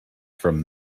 from